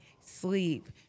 sleep